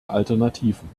alternativen